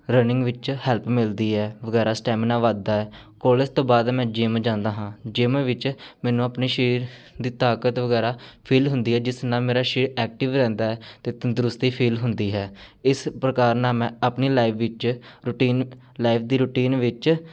running ਵਿੱਚ help ਮਿਲਦੀ ਹੈ ਵਗੈਰਾ ਸਟੈਮੀਨਾ ਵੱਧਦਾ ਹੈ ਕੋਲਜ ਤੋਂ ਬਾਅਦ ਮੈਂ ਜਿੰਮ ਜਾਂਦਾ ਹਾਂ ਜਿੰਮ ਵਿੱਚ ਮੈਨੂੰ ਆਪਣੇ ਸਰੀਰ ਦੀ ਤਾਕਤ ਵਗੈਰਾ ਫੀਲ ਹੁੰਦੀ ਹੈ ਜਿਸ ਨਾਲ ਮੇਰਾ ਸਰੀਰ ਐਕਟਿਵ ਰਹਿੰਦਾ ਅਤੇ ਤੰਦਰੁਸਤੀ ਫੀਲ ਹੁੰਦੀ ਹੈ ਇਸ ਪ੍ਰਕਾਰ ਨਾਲ ਮੈਂ ਆਪਣੀ ਲਾਈਫ ਵਿੱਚ ਰੂਟੀਨ ਲਾਈਫ ਦੀ ਰੂਟੀਨ ਵਿੱਚ